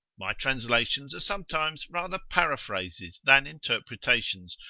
my translations are sometimes rather paraphrases than interpretations,